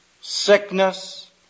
sickness